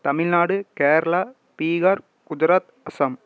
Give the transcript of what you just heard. Tamil Nadu Kerala Bihar Gujarat Assam